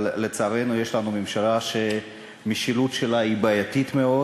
אבל לצערנו יש לנו ממשלה שהמשילות שלה היא בעייתית מאוד,